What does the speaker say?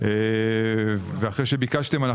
אחרי שביקשתם,